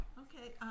Okay